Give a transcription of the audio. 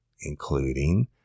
including